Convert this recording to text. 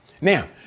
Now